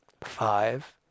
Five